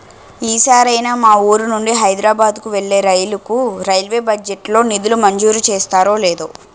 ఈ సారైనా మా వూరు నుండి హైదరబాద్ కు వెళ్ళే రైలుకు రైల్వే బడ్జెట్ లో నిధులు మంజూరు చేస్తారో లేదో